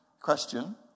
Question